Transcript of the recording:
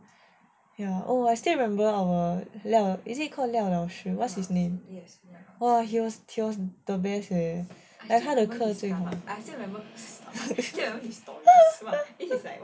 ya oh I still remember our 廖 is it called 廖老师 what's his name yes !wah! he was he was the best eh like 他的课最好